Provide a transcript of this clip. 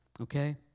Okay